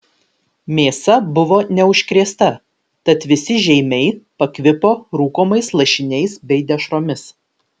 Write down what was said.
mėsa buvo neužkrėsta tad visi žeimiai pakvipo rūkomais lašiniais bei dešromis